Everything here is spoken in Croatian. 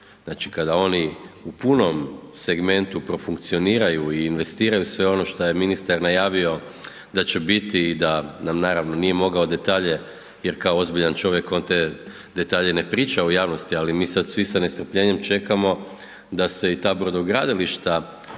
Znači kada oni u punom segmentu profunkcioniraju i investiraju sve ono šta je ministar najavio da će biti i da nam naravno nije mogao detalje jer kao ozbiljan čovjek on te detalje ne priča u javnosti ali mi sad svi sa nestrpljenjem čekamo da se i ta brodogradilišta